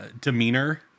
demeanor